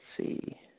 see